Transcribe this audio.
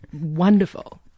wonderful